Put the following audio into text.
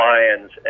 Lions